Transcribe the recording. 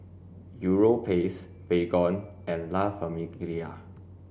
Europace Baygon and La Famiglia